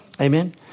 Amen